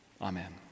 Amen